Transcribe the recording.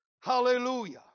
Hallelujah